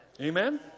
Amen